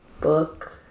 book